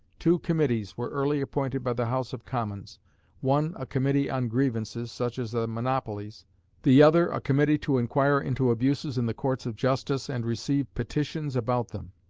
two committees were early appointed by the house of commons one a committee on grievances, such as the monopolies the other, a committee to inquire into abuses in the courts of justice and receive petitions about them.